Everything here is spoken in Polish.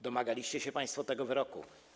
Domagaliście się państwo tego wyroku.